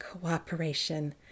cooperation